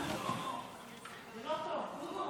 חמש דקות.